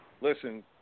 listen